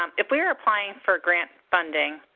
um if we're applying for grant funding,